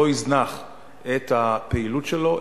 לא יזנח את הפעילות שלו,